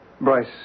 Bryce